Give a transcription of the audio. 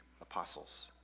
apostles